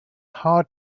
hard